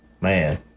man